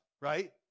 right